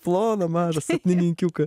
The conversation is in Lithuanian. ploną mažą sapnininkiuką